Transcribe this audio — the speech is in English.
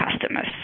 customers